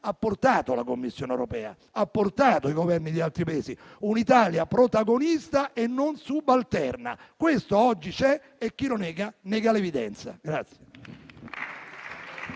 ha portato la Commissione europea, i Governi di altri Paesi e un'Italia protagonista e non subalterna. Questo oggi c'è e chi lo nega nega l'evidenza.